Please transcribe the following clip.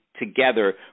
together